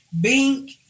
Bink